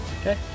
Okay